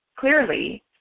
Clearly